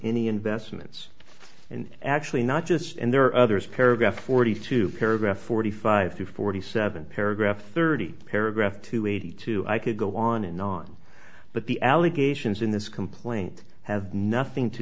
any investments and actually not just and there are others paragraph forty two paragraph forty five to forty seven paragraph thirty paragraph two hundred and eighty two i could go on and on but the allegations in this complaint have nothing to